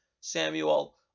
Samuel